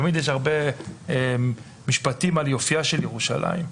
תמיד יש הרבה משפטים על יופייה של ירושלים,